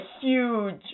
huge